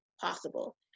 possible